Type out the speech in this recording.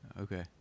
Okay